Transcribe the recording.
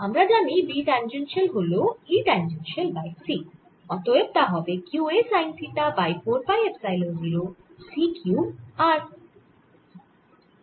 আমরা জানি B tangential হল E ট্যাঞ্জেনশিয়াল বাই c অতএব তা হবে q a sine theta by 4 pi epsilon 0 c cube r